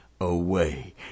away